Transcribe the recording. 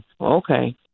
okay